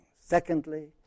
Secondly